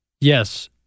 yes